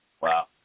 Wow